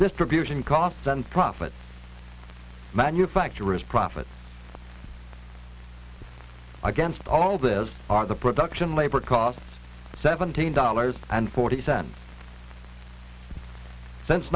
distribution costs and profit manufacturers profit against all this are the production labor costs seventeen dollars and forty cents